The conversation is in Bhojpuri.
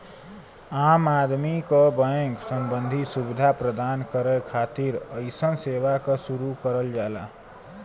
आम आदमी क बैंक सम्बन्धी सुविधा प्रदान करे खातिर अइसन सेवा क शुरू करल जाला